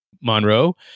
Monroe